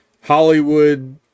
Hollywood